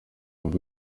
mvuga